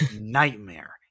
nightmare